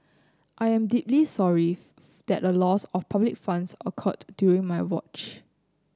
I am deeply sorry that a loss of public funds occurred during my watch